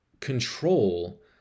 control